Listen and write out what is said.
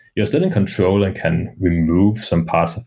you're still in control and can remove some part of it.